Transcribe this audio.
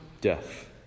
death